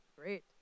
Great